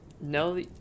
No